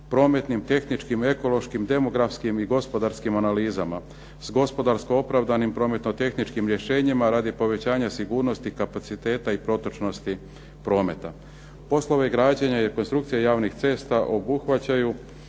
prometnim, tehničkim, demografskim i gospodarskim analizama s gospodarsko opravdanim prometno tehničkim rješenjima radi povećanja sigurnosti kapaciteta i protočnosti prometa. Poslove građenja i rekonstrukcije javnih cesta obuhvaćaju